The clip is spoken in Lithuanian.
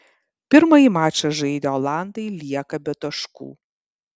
pirmąjį mačą žaidę olandai lieka be taškų